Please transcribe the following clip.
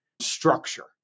structure